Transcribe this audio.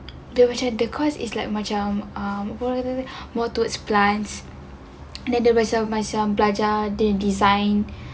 dia macam the course is like macam um what you call that more towards plants and then dia macam macam belajar de~ design